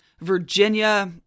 Virginia